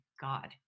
God